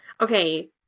Okay